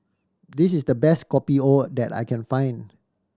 this is the best Kopi O that I can find